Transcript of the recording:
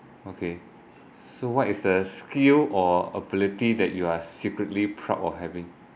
okay so what is a skill or ability that you are secretly proud of having